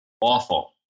awful